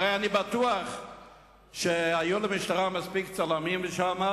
הרי אני בטוח שהיו למשטרה מספיק צלמים שם,